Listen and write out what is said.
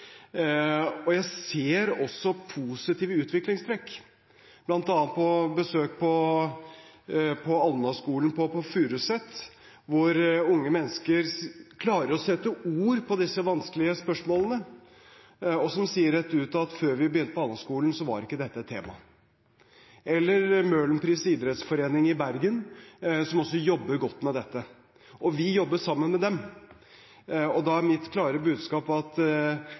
og jeg ser også positive utviklingstrekk, bl.a. etter et besøk på Alnaskolen på Furuset, der unge mennesker klarer å sette ord på disse vanskelige spørsmålene. De sier rett ut at før de begynte på Alnaskolen, var ikke dette et tema. Møhlenpris Idrettslag i Bergen jobber også godt med dette. Og vi jobber sammen med dem. Da er mitt klare budskap at